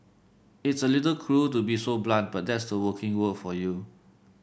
it's a little cruel to be so blunt but that's the working world for you